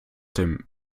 dem